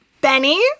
Benny